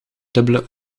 dubbele